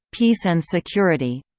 peace and security